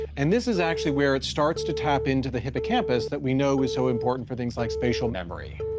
and this is actually where it starts to tap into the hippocampus that we know is so important for things like spatial memory.